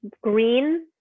green